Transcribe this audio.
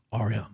RM